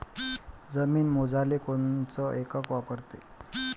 जमीन मोजाले कोनचं एकक वापरते?